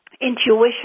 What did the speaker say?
intuition